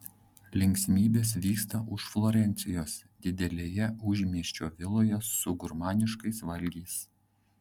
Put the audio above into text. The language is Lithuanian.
linksmybės vyksta už florencijos didelėje užmiesčio viloje su gurmaniškais valgiais